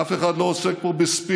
אף אחד לא עוסק פה בספינים.